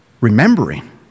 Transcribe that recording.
Remembering